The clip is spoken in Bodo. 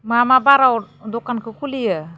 मा मा बाराव दखानखौ खुलियो